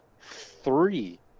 three